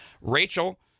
Rachel